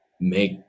make